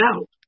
out